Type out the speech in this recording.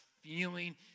feeling